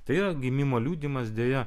tai jo gimimo liudijimas deja